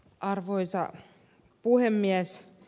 arvoisa puhemies